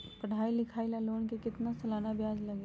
पढाई लिखाई ला लोन के कितना सालाना ब्याज लगी?